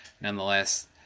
nonetheless